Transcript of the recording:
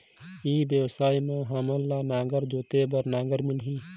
ई व्यवसाय मां हामन ला नागर जोते बार नागर मिलही?